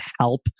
help